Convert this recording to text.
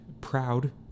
proud